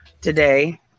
today